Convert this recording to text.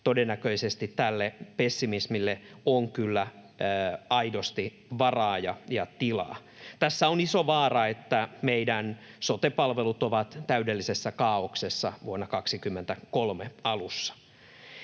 todennäköisesti tälle pessimismille on kyllä aidosti varaa ja tilaa. Tässä on iso vaara, että meidän sote-palvelut ovat täydellisessä kaaoksessa vuoden 23 alussa.